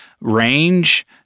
range